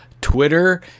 Twitter